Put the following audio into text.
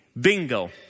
Bingo